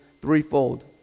threefold